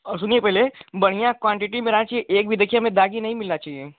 और सुनिये पहले बढ़िया क्वांटिटी बना कर एक भी देखिये हमें दागी नहीं मिलना चाहिये